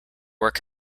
work